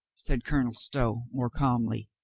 said colonel stow more calmly.